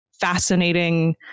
fascinating